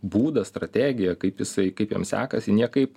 būdas strategija kaip jisai kaip jam sekasi niekaip